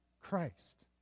Christ